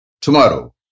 tomorrow